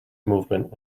movement